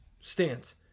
stance